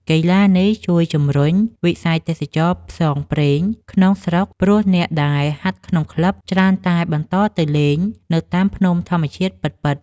កីឡានេះជួយជំរុញវិស័យទេសចរណ៍ផ្សងព្រេងក្នុងស្រុក ព្រោះអ្នកដែលហាត់ក្នុងក្លឹប ច្រើនតែបន្តទៅលេងនៅតាមភ្នំធម្មជាតិពិតៗ។